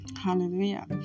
Hallelujah